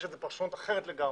יש לזה פרשנות אחרת לגמרי,